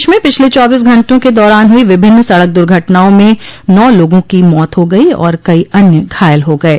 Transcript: प्रदेश में पिछले चौबीस घंटे के दौरान हुई विभिन्न सड़क दुर्घटनाओं में नौ लोगों की मौत हो गई और कई अन्य घायल हो गये